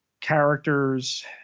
characters